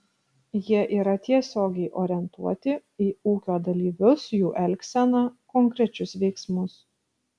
jie yra tiesiogiai orientuoti į ūkio dalyvius jų elgseną konkrečius veiksmus